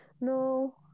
no